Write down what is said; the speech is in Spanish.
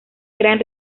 gran